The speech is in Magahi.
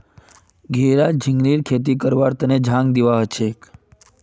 घेरा झिंगलीर खेती करवार तने झांग दिबा हछेक